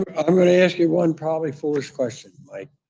i'm going to ask you one probably foolish question, mike.